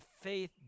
faith